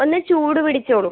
ഒന്ന് ചൂടു പിടിച്ചോളൂ